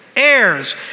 heirs